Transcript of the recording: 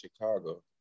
Chicago